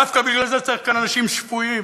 דווקא בגלל זה צריך כאן אנשים שפויים.